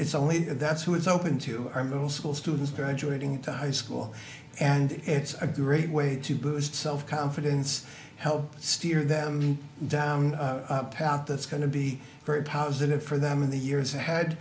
it's only that's who is open to our middle school students graduating thai school and it's a great way to boost self confidence help steer them down a path that's going to be very positive for them in the years ahead